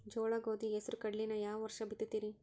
ಜೋಳ, ಗೋಧಿ, ಹೆಸರು, ಕಡ್ಲಿನ ಯಾವ ವರ್ಷ ಬಿತ್ತತಿರಿ?